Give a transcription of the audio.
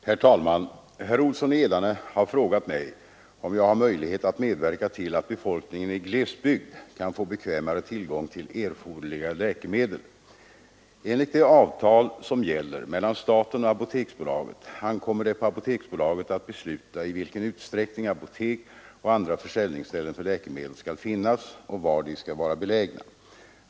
Herr talman! Herr Olsson i Edane har frågat mig om jag har möjlighet att medverka till att befolkningen i glesbygd kan få bekvämare tillgång till erforderliga läkemedel. Enligt det avtal som gäller mellan staten och Apoteksbolaget ankommer det på Apoteksbolaget att besluta i vilken utsträckning apotek och andra försäljningsställen för läkemedel skall finnas och var de skall vara belägna.